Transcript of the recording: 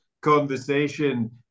conversation